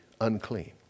unclean